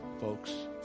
folks